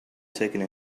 taking